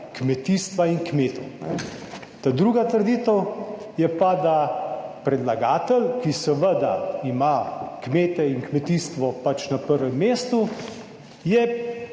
kmetijstva in kmetov. Ta druga trditev je pa, da predlagatelj, ki seveda ima kmete in kmetijstvo pač na prvem mestu, je,